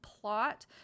plot